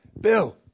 Bill